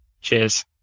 Cheers